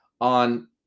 on